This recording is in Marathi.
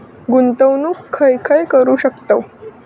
गुंतवणूक खय खय करू शकतव?